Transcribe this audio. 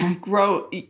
grow